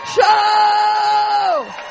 Show